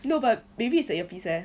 no but maybe it's the earpiece leh